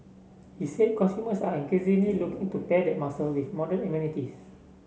he said consumers are increasingly looking to pair that muscle with modern amenities